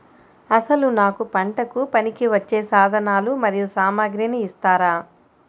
అసలు నాకు పంటకు పనికివచ్చే సాధనాలు మరియు సామగ్రిని ఇస్తారా?